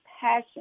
passion